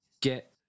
get